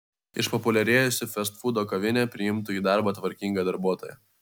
išpopuliarėjusi festfūdo kavinė priimtų į darbą tvarkingą darbuotoją